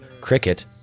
Cricket